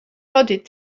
plodded